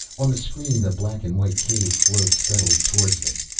on the screen the black and white cave flowed steadily towards them.